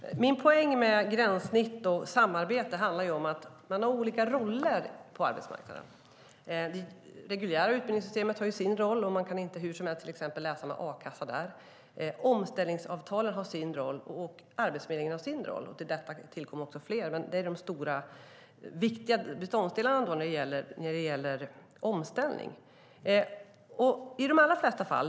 Herr talman! Min poäng med gränssnitt och samarbete handlar om att man har olika roller på arbetsmarknaden. Det reguljära utbildningssystemet har sin roll, och man kan inte hur som helst till exempel läsa där och ha a-kassa. Omställningsavtalen har sin roll, och Arbetsförmedlingen har sin roll. Det tillkommer fler delar, men det här är de stora, viktiga beståndsdelarna när det gäller omställning.